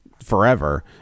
forever